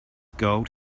gold